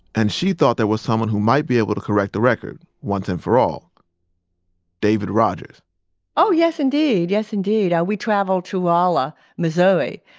and she thought there was someone who might be able to correct the record, once and for all david rogers oh, yes, indeed. yes, indeed. we travelled to rolla, missouri,